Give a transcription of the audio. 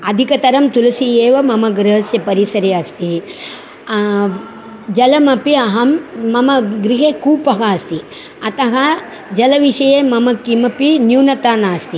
अधिकतरं तुलसी एव मम गृहस्य परिसरे अस्ति जलमपि अहं मम गृहे कूपः अस्ति अतः जलविषये मम किमपि न्यूनता नास्ति